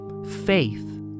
Faith